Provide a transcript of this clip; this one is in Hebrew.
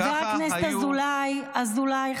ככה היו נראים פסקי הדין.